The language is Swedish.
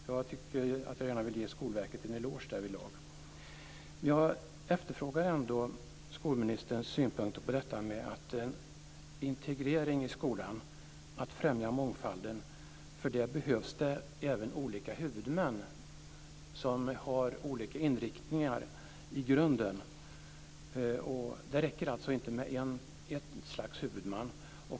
Jag vill gärna ge Skolverket en eloge därvidlag. Men jag efterfrågar ändå skolministerns synpunkter på detta att det för integrering och främjande av mångfald i skolan även behövs olika huvudmän som har olika inriktningar i grunden. Det räcker alltså inte med ett slags huvudman.